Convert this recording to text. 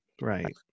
Right